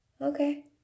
okay